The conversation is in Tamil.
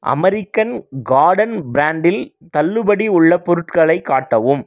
அமெரிக்கன் கார்டன் பிரான்டில் தள்ளுபடி உள்ள பொருட்களை காட்டவும்